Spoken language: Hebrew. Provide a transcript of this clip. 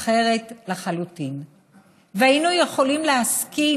אחרת לחלוטין, והיינו יכולים להסכים,